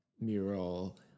mural